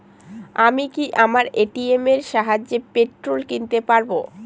আমি কি আমার এ.টি.এম এর সাহায্যে পেট্রোল কিনতে পারব?